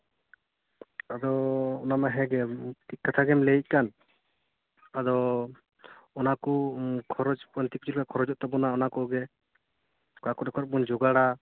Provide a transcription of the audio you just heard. ᱟᱫᱚ ᱚᱱᱟᱢᱟ ᱦᱮᱸᱜᱮ ᱴᱷᱤᱠ ᱠᱟᱛᱷᱟ ᱜᱮᱢ ᱞᱟᱹᱭᱮᱫ ᱠᱟᱱ ᱟᱫᱚ ᱚᱱᱟᱠᱚ ᱠᱷᱚᱨᱚᱪ ᱢᱟᱱᱮ ᱪᱮᱫ ᱞᱮᱠᱟ ᱠᱷᱚᱨᱚᱪᱚᱜ ᱛᱟᱵᱚᱱᱟ ᱚᱱᱟ ᱠᱚᱜᱮ ᱚᱠᱟ ᱠᱚᱨᱮ ᱠᱷᱚᱱ ᱵᱚᱱ ᱡᱚᱜᱟᱲᱟ